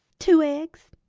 two eggs!